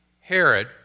Herod